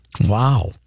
Wow